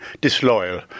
disloyal